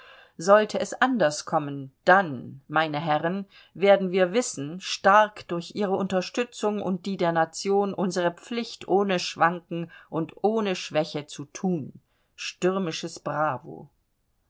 sollte es anders kommen dann meine herren werden wir wissen stark durch ihre unterstützung und die der nation unsere pflicht ohne schwanken und ohne schwäche zu thun stürmisches bravo